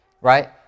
right